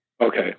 Okay